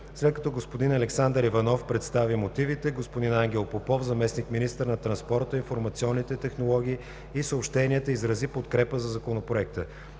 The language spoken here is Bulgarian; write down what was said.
След като господин Александър Иванов представи мотивите, господин Ангел Попов – заместник-министър на транспорта, информационните технологии и съобщенията, изрази подкрепа за Законопроекта.